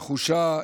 נחושה,